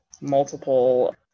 multiple